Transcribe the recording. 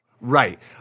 Right